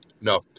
No